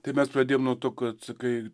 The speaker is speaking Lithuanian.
tai mes pradėjom nuo to kad sakai